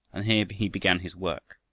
and here he began his work.